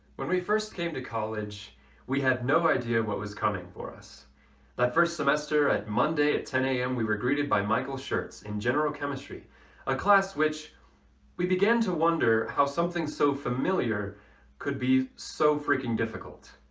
when we first came to college we had no idea what was coming for us that first semester. at monday at ten zero a m. we were greeted by michaels shirts in general chemistry a class which we began to wonder how something so familiar could be so freaking difficult.